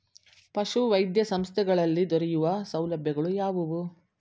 ಪಶುವೈದ್ಯ ಸಂಸ್ಥೆಗಳಲ್ಲಿ ದೊರೆಯುವ ಸೌಲಭ್ಯಗಳು ಯಾವುವು?